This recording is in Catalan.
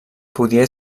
podia